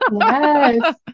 Yes